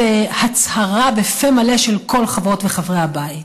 בהצהרה בפה מלא של כל חברות וחברי הבית.